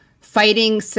fighting